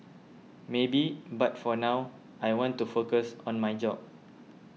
maybe but for now I want to focus on my job